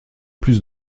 plus